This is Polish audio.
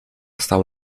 stał